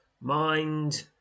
Mind